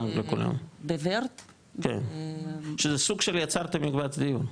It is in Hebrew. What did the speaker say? כן, שזה סוג של יצרתם מקבץ דיור.